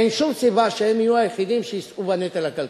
אין שום סיבה שהם יהיו היחידים שיישאו בנטל הכלכלי.